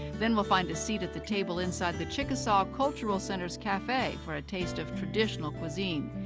then we'll find a seat at the table inside the chickasaw cultural center's cafe. for a taste of traditional cuisine.